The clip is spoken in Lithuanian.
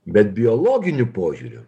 bet biologiniu požiūriu